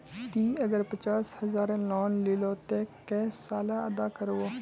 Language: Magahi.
ती अगर पचास हजारेर लोन लिलो ते कै साले अदा कर बो?